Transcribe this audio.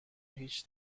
هیچ